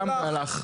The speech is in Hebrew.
קם והלך,